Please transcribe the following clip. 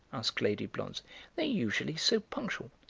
asked lady blonze they're usually so punctual.